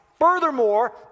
Furthermore